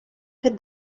fet